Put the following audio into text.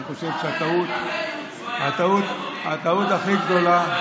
אני חושב שהטעות הכי גדולה,